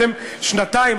אתם שנתיים.